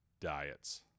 diets